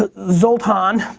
ah zoltan.